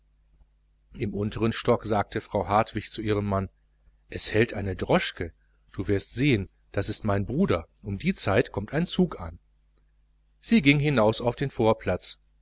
im untern stock sagte frau hartwig zu ihrem mann es hält eine droschke du wirst sehen das ist mein bruder um die zeit kommt ein zug an sie ging hinaus in den vorplatz